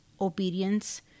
obedience